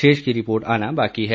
शेष की रिपोर्ट आना बाकी है